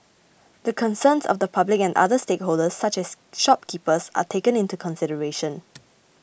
the concerns of the public and other stakeholders such as shopkeepers are taken into consideration